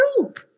group